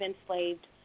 enslaved